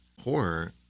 horror